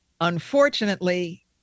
Unfortunately